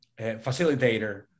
facilitator